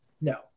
No